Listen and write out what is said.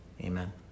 Amen